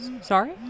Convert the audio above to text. sorry